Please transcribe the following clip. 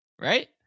Right